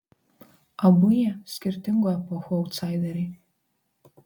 abu jie skirtingų epochų autsaideriai